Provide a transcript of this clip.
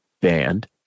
band